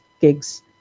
gigs